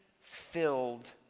filled